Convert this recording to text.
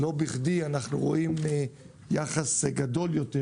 לא בכדי אנחנו רואים יחס גדול יותר,